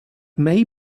may